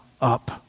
up